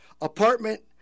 apartment